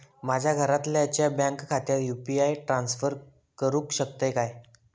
माझ्या घरातल्याच्या बँक खात्यात यू.पी.आय ट्रान्स्फर करुक शकतय काय?